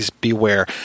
Beware